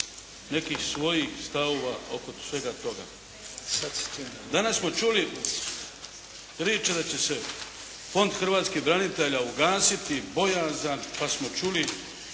nekih svojih stavova oko svega toga. Danas smo čuli priče da će se Fond hrvatskih branitelja ugasiti, bojazan, pa smo čuli